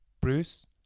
Bruce